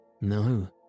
No